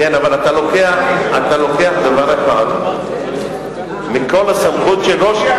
כן, אבל אתה לוקח דבר אחד, מכל הסמכות של ראש,